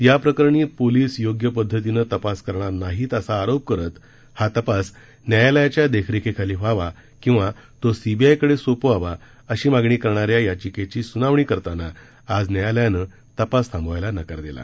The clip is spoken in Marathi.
याप्रकरणी पोलीस योग्य पद्वतीनं तपास करणार नाहीत असा आरोप करत हा तपास न्यायालयात्या देखरेखीखाली व्हावा किंवा तो सीबीआयकडे सोपवावा अशी मागणी करणाऱ्या याचिकेची सुनावणी करताना आज न्यायालयानं तपास थांबवायला नकार दिला